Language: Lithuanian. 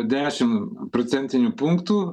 dešim procentinių punktų